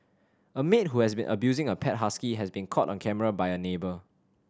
a maid who has been abusing a pet husky has been caught on camera by a neighbour